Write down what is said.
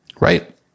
right